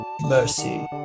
mercy